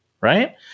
Right